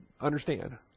understand